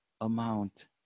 amount